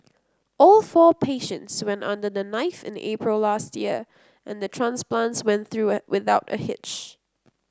all four patients went under the knife in April last year and the transplants went through it without a hitch